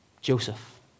Joseph